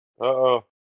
Uh-oh